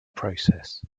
process